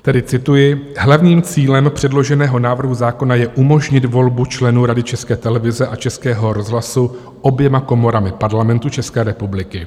Tedy cituji: Hlavním cílem předloženého návrhu zákona je umožnit volbu členů Rady České televize a Českého rozhlasu oběma komorami Parlamentu České republiky.